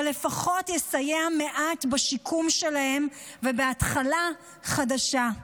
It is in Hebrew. אבל לפחות יסייעו מעט בשיקום שלהם ובהתחלה חדשה.